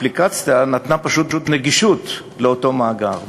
האפליקציה נתנה פשוט נגישות לאותו מאגר.